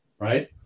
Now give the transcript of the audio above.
right